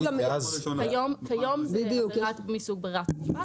כיום זו עבירה מסוג ברירת מחדל.